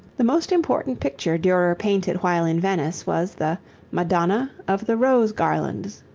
the most important picture durer painted while in venice was the madonna of the rose garlands.